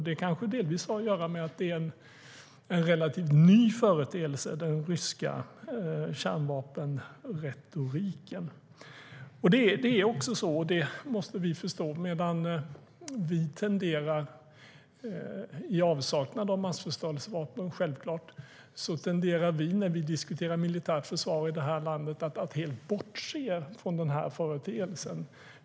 Det kanske delvis har att göra med att den ryska kärnvapenretoriken är en relativt ny företeelse. Vi måste också förstå att när vi diskuterar militärt försvar i det här landet tenderar vi, som självklart saknar massförstörelsevapen, att helt bortse från den här företeelsen.